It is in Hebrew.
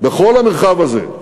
ובכל המרחב הזה,